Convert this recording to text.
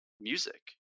music